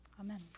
Amen